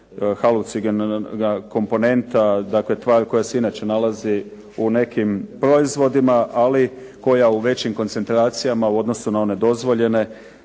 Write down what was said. halucinogena komponenta, dakle tvar koja se inače nalazi u nekim proizvodima, ali koja u većim koncentracijama u odnosu na one dozvoljene